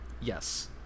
Yes